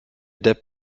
depp